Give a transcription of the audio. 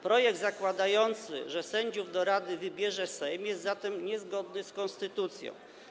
Projekt zakładający, że sędziów do rady wybierze Sejm, jest zatem niezgodny z konstytucją.